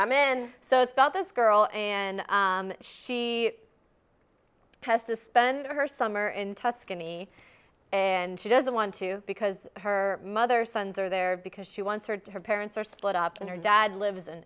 i'm in so it's got this girl and she has to spend her summer in tuscany and she doesn't want to because her mother sons are there because she wants her to her parents are split up and her dad lives in